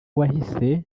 wahise